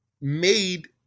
made